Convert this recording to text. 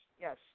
yes